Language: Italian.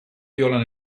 viola